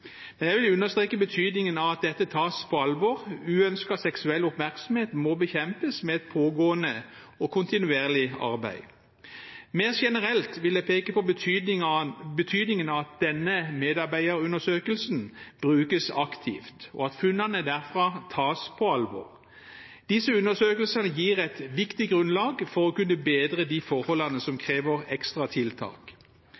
Men jeg vil understreke betydningen av at dette tas på alvor. Uønsket seksuell oppmerksomhet må bekjempes med et pågående og kontinuerlig arbeid. Mer generelt vil jeg peke på betydningen av at denne medarbeiderundersøkelsen brukes aktivt, og at funnene derfra tas på alvor. Disse undersøkelsene gir et viktig grunnlag for å kunne bedre de forholdene som